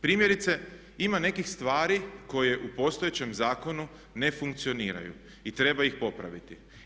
Primjerice, ima nekih stvari koje u postojećem zakonu ne funkcioniraju i treba ih popraviti.